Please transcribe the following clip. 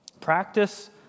Practice